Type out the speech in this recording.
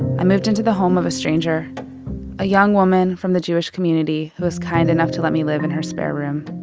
i moved into the home of a stranger a young woman from the jewish community who was kind enough to let me live in her spare room.